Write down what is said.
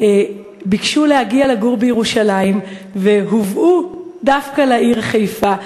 ביקשו לגור בירושלים והובאו דווקא לעיר חיפה,